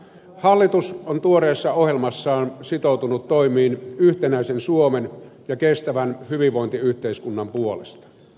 hallitus on tuoreessa ohjelmassaan sitoutunut toimiin yhtenäisen suomen ja kestävän hyvinvointiyhteiskunnan puolesta